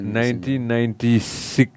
1996